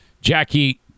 Jackie